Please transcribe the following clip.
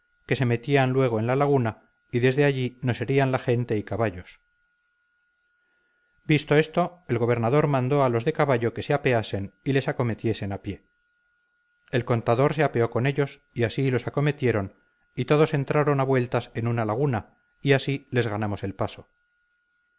que se metían luego en la laguna y desde allí nos herían la gente y caballos visto esto el gobernador mandó a los de caballo que se apeasen y les acometiesen a pie el contador se apeó con ellos y así los acometieron y todos entraron a vueltas en una laguna y así les ganamos el paso